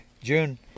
June